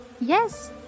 Yes